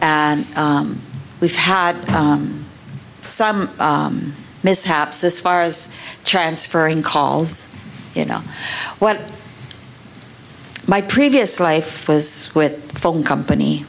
and we've had some mishaps as far as transferring calls you know what my previous life was with the phone company